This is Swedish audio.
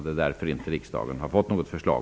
Därför har inte riksdagen fått något förslag.